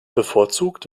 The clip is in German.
bevorzugt